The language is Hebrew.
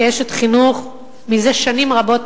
כאשת חינוך זה שנים רבות,